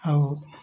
ଆଉ